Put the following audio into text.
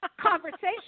conversation